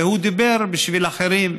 והוא דיבר בשביל אחרים,